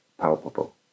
palpable